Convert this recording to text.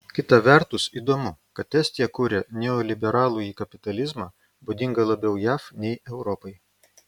kita vertus įdomu kad estija kuria neoliberalųjį kapitalizmą būdingą labiau jav nei europai